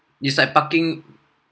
it's like parking